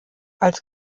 als